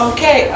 Okay